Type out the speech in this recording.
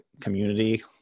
community